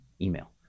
email